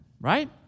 right